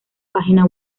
página